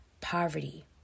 poverty